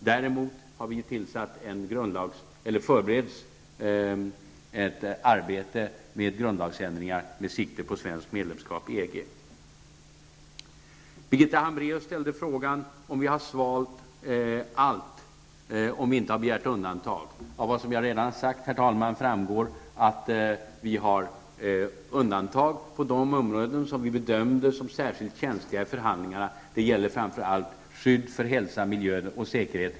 Däremot förbereds ett arbete med grundlagsändringar med sikte på svenskt medlemskap i EG. Birgitta Hambraeus ställde frågan om vi har svalt allt, om vi inte begärt undantag. Av vad jag redan här sagt, herr talman, framgår att vi har undantag på de områden som vi har bedömt som särskilt känsliga i förhandlingarna. Det gäller framför allt skydd för hälsa, miljö och säkerhet.